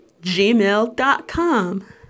gmail.com